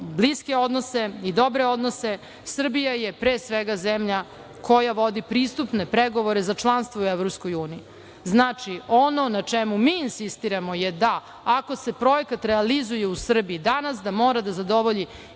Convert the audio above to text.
bliske odnose i dobre odnose, Srbije je pre svega zemlja koja vodi pristupne pregovore za članstvo u EU.Znači, ono na čemu mi insistiramo je da ako se projekat realizuje u Srbiji danas da mora da zadovolji